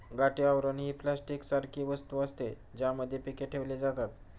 गाठी आवरण ही प्लास्टिक सारखी वस्तू असते, ज्यामध्ये पीके ठेवली जातात